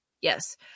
yes